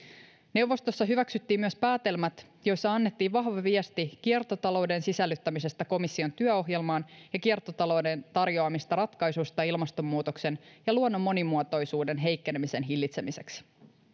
neuvostossa hyväksyttiin myös päätelmät joissa annettiin vahva viesti kiertotalouden sisällyttämisestä komission työohjelmaan ja kiertotalouden tarjoamista ratkaisuista ilmastonmuutoksen ja luonnon monimuotoisuuden heikkenemisen hillitsemiseksi